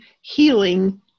healing